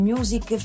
Music